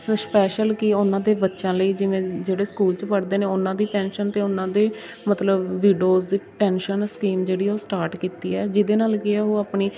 special ਕੀ ਉਹਨਾਂ ਦੇ ਬੱਚਿਆਂ ਲਈ ਜਿਵੇਂ ਜਿਹੜੇ ਸਕੂਲ 'ਚ ਪੜ੍ਹਦੇ ਨੇ ਉਹਨਾਂ ਦੀ ਪੈਨਸ਼ਨ ਅਤੇ ਉਹਨਾਂ ਦੇ ਮਤਲਬ ਵੀਡੋਜ਼ ਦੀ ਪੈਨਸ਼ਨ ਸਕੀਮ ਜਿਹੜੀ ਉਹ ਸਟਾਰਟ ਕੀਤੀ ਹੈ ਜਿਹਦੇ ਨਾਲ਼ ਕੀ ਹੈ ਉਹ ਆਪਣੀ